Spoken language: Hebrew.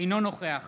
אינו נוכח